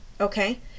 okay